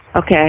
Okay